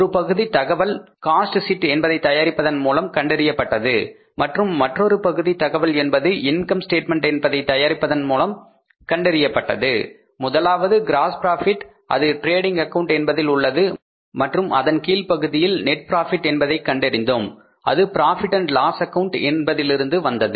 ஒரு பகுதி தகவல் காஸ்ட் ஷீட் என்பதை தயாரிப்பதன் மூலம் கண்டறியப்பட்டது மற்றும் மற்றொரு பகுதி தகவல் என்பது இன்கம் ஸ்டேட்மெண்ட் என்பதை தயார் செய்வதன் மூலம் கண்டறியப்பட்டது முதலாவது க்ராஸ் ப்ராபிட் அது டிரேடிங் அக்கவுண்ட் என்பதில் உள்ளது மற்றும் அதன் கீழ்ப்பகுதியில் நெட் ப்ராபிட் என்பதை கண்டறிந்தோம் அது profit and loss account Profit Loss Account என்பதிலிருந்து வந்தது